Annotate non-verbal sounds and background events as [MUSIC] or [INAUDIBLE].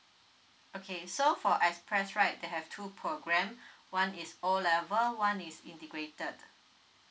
okay so for express right they have two program [BREATH] one is O level one is integrated